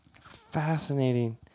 Fascinating